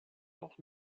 noch